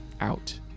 out